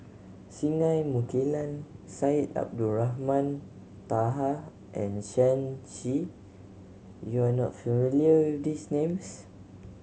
Singai Mukilan Syed Abdulrahman Taha and Shen Xi you are not familiar with these names